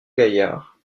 gaillard